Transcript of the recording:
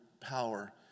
power